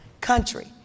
country